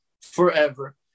forever